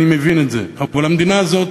אני מבין את זה, אבל המדינה הזאת